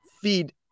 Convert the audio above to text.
feed